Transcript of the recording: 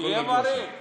תהיה בריא.